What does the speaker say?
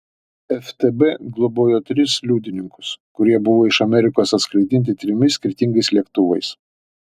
ftb globojo tris liudininkus kurie buvo iš amerikos atskraidinti trimis skirtingais lėktuvais